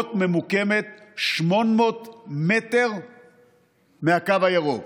שדרות ממוקמת 800 מטר מהקו הירוק.